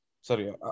Sorry